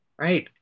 Right